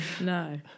No